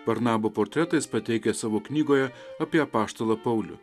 barnabo portretais pateikęs savo knygoje apie apaštalą paulių